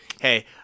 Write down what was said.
hey